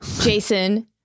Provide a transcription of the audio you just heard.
Jason